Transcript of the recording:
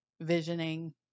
visioning